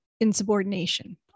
insubordination